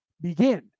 begin